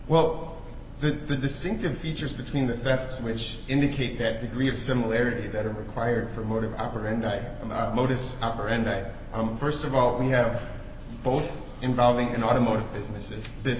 well that the distinctive features between the vets which indicate that degree of similarity that are required for motor operandi modus operandi i'm st of all we have both involving an automotive business is b